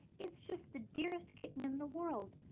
it's just the dearest kitten in the world.